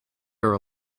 her